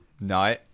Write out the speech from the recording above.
No